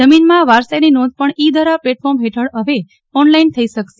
જમીનમાં વારસાઇની નોંધ પણ ઇ ધરા પ્લેટફોર્મ હેઠળ હવે ઓનલાઇન થઇ શકશે